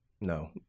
No